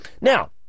Now